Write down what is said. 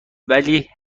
ولی